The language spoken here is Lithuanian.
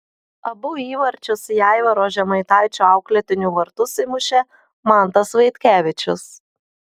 abu įvarčius į aivaro žemaitaičio auklėtinių vartus įmušė mantas vaitkevičius